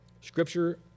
Scripture